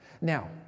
Now